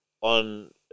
on